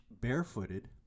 barefooted